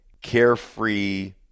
carefree